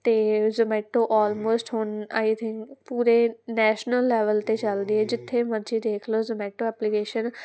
ਅਤੇ Zomato almost ਹੁਣ I think ਪੂਰੇ ਨੈਸ਼ਨਲ ਲੈਵਲ 'ਤੇ ਚੱਲਦੀ ਹੈ ਜਿੱਥੇ ਮਰਜ਼ੀ ਦੇਖ ਲਓ ਜਮੈਟੋ ਐਪਲੀਕੇਸ਼ਨ